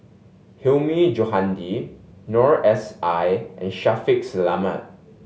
Hilmi Johandi Noor S I and Shaffiq Selamat